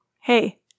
hey